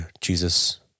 Jesus